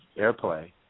airplay